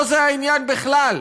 לא זה העניין בכלל.